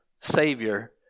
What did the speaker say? Savior